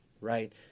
right